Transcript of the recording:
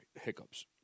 hiccups